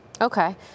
Okay